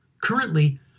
Currently